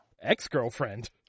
Ex-girlfriend